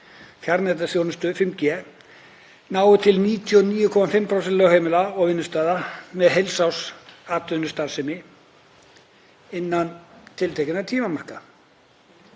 farnetaþjónusta 5G, nái til 99,5% lögheimila og vinnustaða með heilsársatvinnustarfsemi innan tiltekinna tímamarka.